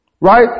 Right